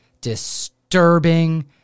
disturbing